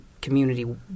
community